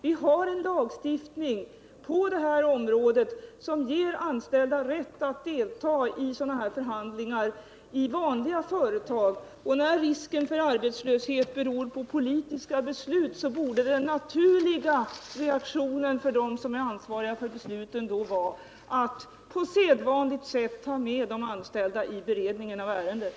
Vi haren lag på det här området som ger anställda rätt att i vanliga företag delta i sådana här förhandlingar och när risken för arbetslöshet beror på politiska beslut borde den naturliga reaktionen bland dem som är ansvariga för besluten vara att på sedvanligt sätt ta med de anställda i beredningen av ärendet.